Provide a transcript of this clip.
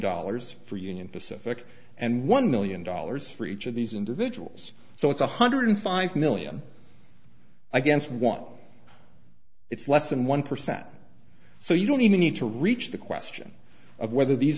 dollars for union pacific and one million dollars for each of these individuals so it's one hundred five million against one it's less than one percent so you don't even need to reach the question of whether these